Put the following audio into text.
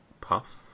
puff